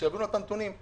שיביאו לנו את הנתונים.